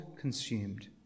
consumed